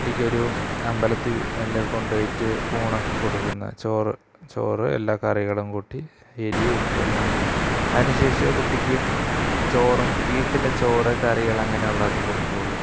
കുട്ടിക്കൊരു അമ്പലത്തിൽ അല്ലേ കൊണ്ടു പോയിട്ട് ഊണൊക്കെ കൊടുക്കുന്ന ചോറ് ചോറ് എല്ലാ കറികളും കൂട്ടി എരീ ഉപ്പെല്ലാം കൂട്ടി അതിനു ശേഷമേ കുട്ടിക്ക് ചോറും വീട്ടിലെ ചോറ് കറികൾ അങ്ങനെയുള്ളതൊക്കെ കൊടുക്കുകയുള്ളു